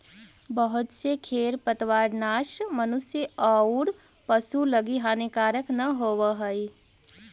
बहुत से खेर पतवारनाश मनुष्य औउर पशु लगी हानिकारक न होवऽ हई